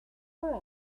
for